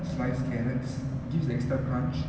sliced carrots gives the extra crunch